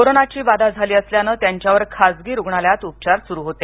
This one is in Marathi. कोरोनाची बाधा झाली असल्याने त्यांच्यावर खासगी रुग्णालयात उपचार चालू होते